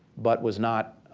but was not